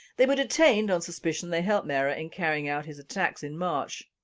they were detained on suspicion they helped merah in carrying out his attacks in march,